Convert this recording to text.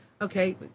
Okay